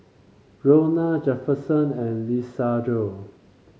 Ronna Jefferson and Lisandro